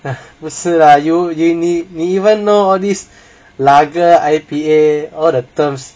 不是 lah you 你你 even know all these lagar I_P_A all the terms